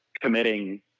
committing